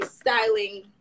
styling